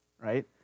right